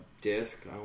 Disc